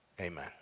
Amen